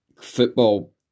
football